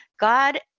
God